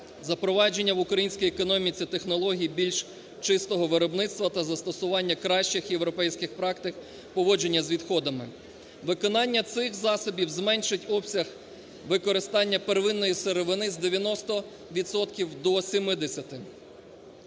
запровадження в українській економіці технологій більш чистого виробництва та застосування кращих європейських практик поводження з відходами. Виконання цих засобів зменшить обсяг використання первинної сировини з 90